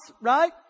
right